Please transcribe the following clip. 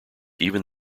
even